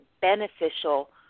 beneficial